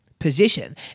position